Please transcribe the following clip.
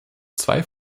zwei